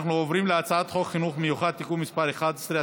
אנחנו עוברים להצעת חוק חינוך מיוחד (תיקון מס' 11),